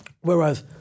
Whereas